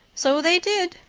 so they did.